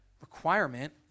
requirement